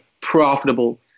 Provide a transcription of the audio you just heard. profitable